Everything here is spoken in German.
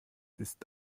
ist